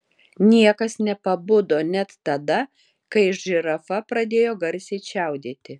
niekas nepabudo net tada kai žirafa pradėjo garsiai čiaudėti